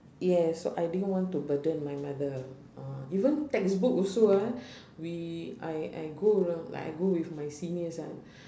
yes so I didn't want to burden my mother uh even textbook also ah we I I go around like I go with my seniors ah